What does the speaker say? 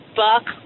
buck